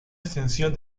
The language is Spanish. extensión